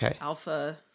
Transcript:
Alpha